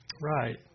Right